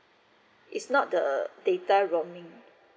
it's not the the data roaming